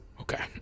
Okay